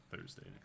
Thursday